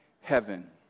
heaven